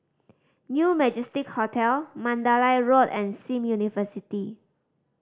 New Majestic Hotel Mandalay Road and Sim University